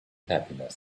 happiness